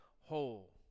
whole